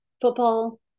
football